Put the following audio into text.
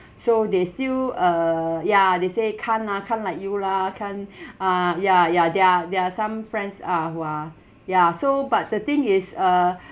so they still uh ya they say can't lah can't like you lah can't uh ya ya there are there are some friends uh who are ya so but the thing is uh